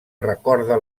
recorda